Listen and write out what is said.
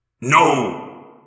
No